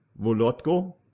Volodko